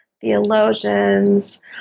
theologians